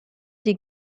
die